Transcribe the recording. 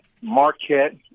Marquette